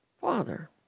Father